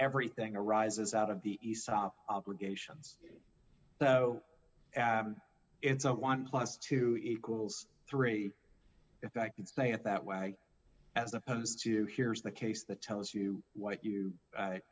everything arises out of the aesop obligations so it's all one plus two equals three if i could say it that way as opposed to here's the case that tells you what